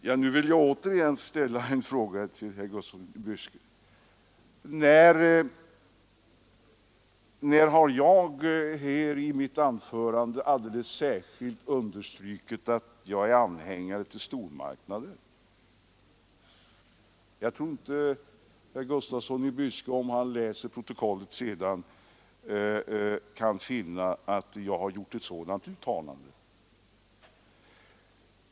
Herr talman! Jag vill återigen ställa en fråga till herr Gustafsson i Byske: När har jag i mitt anförande särskilt understrukit att jag är anhängare av stormarknader? Jag tror inte att herr Gustafsson i Byske, om han efteråt läser protokollet, kan finna att jag har gjort ett sådant uttalande.